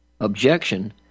objection